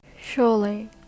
Surely